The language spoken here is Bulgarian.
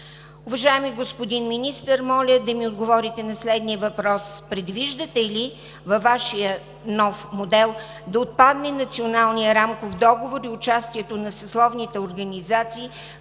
Уважаеми господин Министър, моля да ми отговорите на следния въпрос: предвиждате ли във Вашия нов модел да отпадне Националният рамков договор и участието на съсловните организации